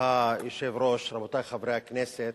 היושב-ראש, רבותי חברי הכנסת,